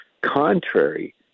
contrary